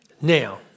Now